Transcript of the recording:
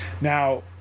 Now